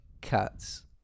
cats